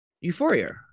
Euphoria